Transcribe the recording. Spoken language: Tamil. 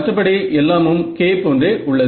மற்றபடி எல்லாமும் K போன்றே உள்ளது